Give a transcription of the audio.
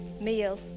meal